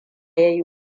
ya